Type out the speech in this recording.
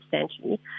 substantially